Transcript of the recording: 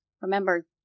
remember